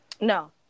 No